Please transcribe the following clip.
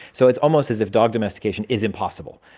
so it's almost as if dog domestication is impossible.